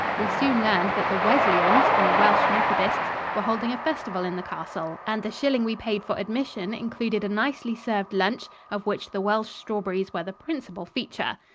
we soon learned that the wesleyans, or welsh methodists, were holding a festival in the castle, and the shilling we paid for admission included a nicely served lunch, of which the welsh strawberries were the principal feature.